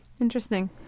Interesting